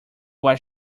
was